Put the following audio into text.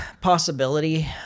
possibility